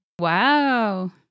Wow